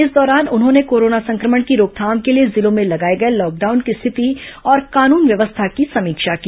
इस दौरान उन्होंने कोरोना संक्रमण की रोकथाम के लिए जिलों में लगाए गए लॉकडाउन की स्थिति और कानून व्यवस्था की समीक्षा की